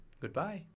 goodbye